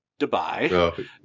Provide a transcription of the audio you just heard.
Dubai